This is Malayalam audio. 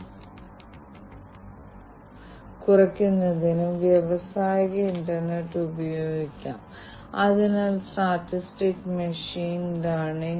അതിനാൽ വ്യത്യസ്ത ഐഒടി ഉപകരണങ്ങളെ പിന്തുണയ്ക്കുന്ന വ്യത്യസ്ത മെഷീനുകൾ അവയ്ക്ക് പരസ്പരം സംസാരിക്കേണ്ടതുണ്ട് അവ സൃഷ്ടിച്ചത് വ്യത്യസ്ത വെണ്ടർമാർ ആണ്